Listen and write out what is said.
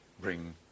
bring